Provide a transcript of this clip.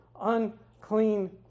unclean